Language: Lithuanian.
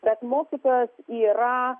bet mokytojas yra